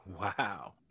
Wow